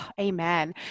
Amen